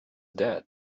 dead